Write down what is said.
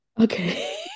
Okay